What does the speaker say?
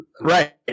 right